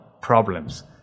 problems